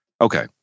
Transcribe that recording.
Okay